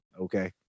okay